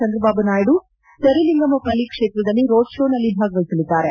ಚಂದ್ರಬಾಬು ನಾಯ್ಡು ಸೆರಿಲಿಂಗಮಪಲ್ಲಿ ಕ್ಷೇತ್ರದಲ್ಲಿ ರೋಡ್ ಕೋನಲ್ಲಿ ಭಾಗವಹಿಸಲಿದ್ದಾರೆ